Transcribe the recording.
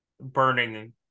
burning